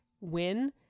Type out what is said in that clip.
win